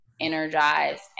energized